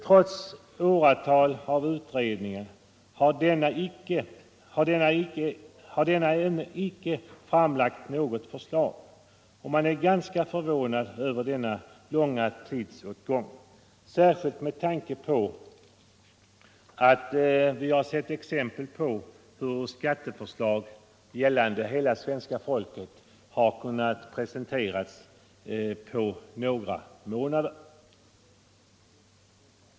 Trots år av utredning har ännu icke något förslag framlagts, och man är ganska förvånad över denna betydliga tidsåtgång, särskilt med tanke på att man har sett exempel på att skatteförslag gällande hela svenska folket har kunnat presenteras på några månader.